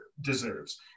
deserves